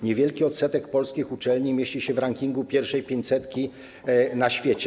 Niewielki odsetek polskich uczelni mieści się w rankingu pierwszej 500 na świecie.